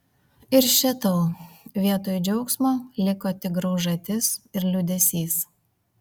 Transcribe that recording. ir še tau vietoj džiaugsmo liko tik graužatis ir liūdesys